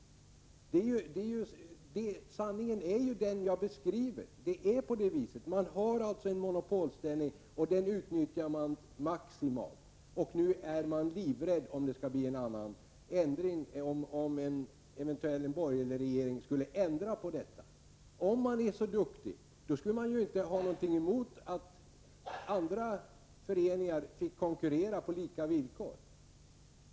Den beskrivning som jag ger är sann. Man har en monopolställning, och den utnyttjar man maximalt. Nu är man livrädd för att en eventuell borgerlig regering skall ändra på gällande ordning. Om man är så duktig som man menar skulle man väl inte ha något emot att andra föreningar fick konkurrera på lika villkor.